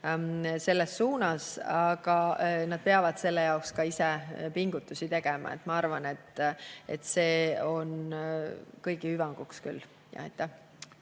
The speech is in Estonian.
selles suunas, aga nad peavad selle nimel ka ise pingutusi tegema. Ma arvan, et see on kõigi hüvanguks.